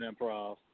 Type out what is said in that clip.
improv